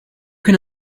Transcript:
can